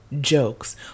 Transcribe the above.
jokes